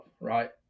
right